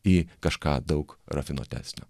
į kažką daug rafinuotesnio